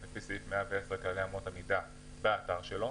על פי סעיף 110 לכללי אמות המידה באתר שלו.